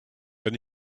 then